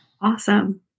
Awesome